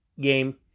game